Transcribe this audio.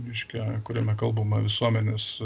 reiškia kuriame kalbama visuomenės